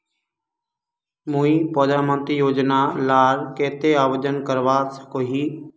मुई प्रधानमंत्री योजना लार केते आवेदन करवा सकोहो ही?